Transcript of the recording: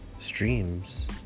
streams